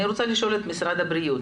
אני רוצה לשאול את משרד הבריאות